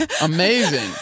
amazing